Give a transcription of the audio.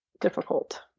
difficult